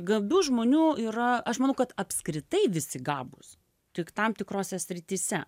gabių žmonių yra aš manau kad apskritai visi gabūs tik tam tikrose srityse